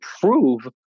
prove